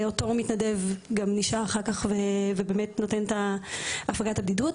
ואותו מתנדב נשאר אחר כך ונותן את הפגת הבדידות.